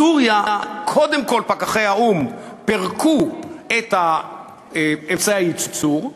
בסוריה קודם כול פקחי האו"ם פירקו את אמצעי הייצור.